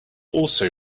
also